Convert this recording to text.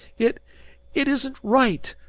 it it isn't right!